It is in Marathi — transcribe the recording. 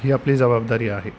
ही आपली जबाबदारी आहे